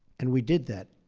and we did that,